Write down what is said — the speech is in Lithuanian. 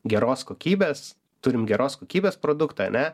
geros kokybės turim geros kokybės produktą ane